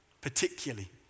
particularly